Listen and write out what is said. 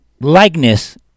likeness